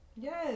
Yes